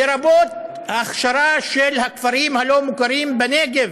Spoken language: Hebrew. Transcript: לרבות ההכשרה של הכפרים הלא-מוכרים בנגב,